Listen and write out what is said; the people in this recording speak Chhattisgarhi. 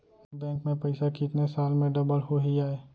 बैंक में पइसा कितने साल में डबल होही आय?